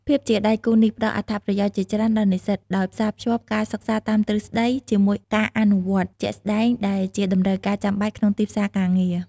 ភាពជាដៃគូនេះផ្ដល់អត្ថប្រយោជន៍ជាច្រើនដល់និស្សិត ដោយផ្សារភ្ជាប់ការសិក្សាតាមទ្រឹស្ដីជាមួយការអនុវត្តជាក់ស្ដែង ដែលជាតម្រូវការចាំបាច់ក្នុងទីផ្សារការងារ។